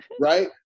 right